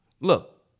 Look